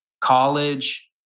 college